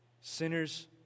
sinners